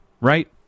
right